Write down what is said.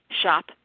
shop